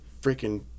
freaking